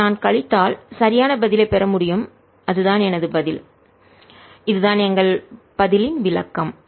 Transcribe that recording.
இதை நான் கழித்தால் சரியான பதிலைப் பெற முடியும் அதுதான் எனது பதில் இதுதான் எங்கள் பதிலின் விளக்கம்